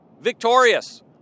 Victorious